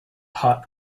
hot